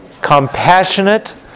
compassionate